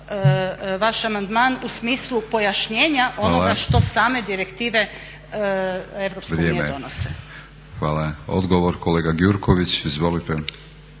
vaš amandman u smislu pojašnjenja onoga što same direktive Europske unije donose. **Batinić, Milorad (HNS)** Hvala. Odgovor kolega Gjurković, izvolite.